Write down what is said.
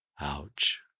Ouch